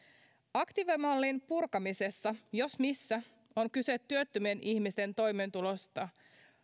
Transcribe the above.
aktiivimallin purkamisessa jos missä on kyse työttömien ihmisten toimeentulosta